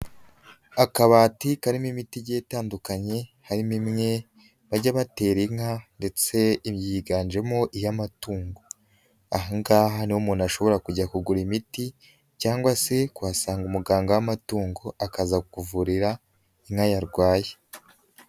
Akabati karimo imiti igi itandukanye, harimo imwe bajya batera inka ndetse iyi ibyiganjemo iy'amatungo, aha ngaha niho umuntu ashobora kujya kugura imiti cyangwa se kuhasanga umuganga w'amatungo, akaza kukuvurira inka yarwaye.